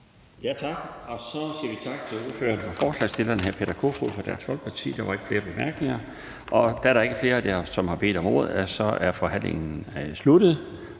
Laustsen): Så siger vi tak til ordføreren for forslagsstillerne, hr. Peter Kofod fra Dansk Folkeparti. Der er ikke flere korte bemærkninger. Da der ikke er flere, som har bedt om ordet, er forhandlingen sluttet.